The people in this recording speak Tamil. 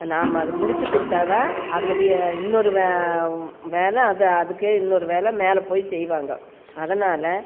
நாம் அதை முடிச்சு கொடுத்தா தான் அதுலேயே இன்னொரு வேலை அது அதுக்கே இன்னொரு வேலை மேலே போய் செய்வாங்க அதனால